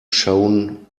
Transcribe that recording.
shone